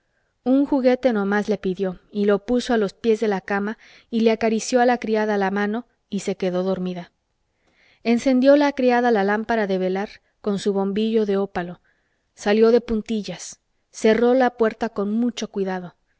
un juguete no más le pidió y lo puso a los pies de la cama y le acarició a la criada la mano y se quedó dormida encendió la criada la lámpara de velar con su bombillo de ópalo salió de puntillas cerró la puerta con mucho cuidado